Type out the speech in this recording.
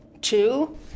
two